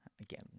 Again